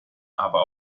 aber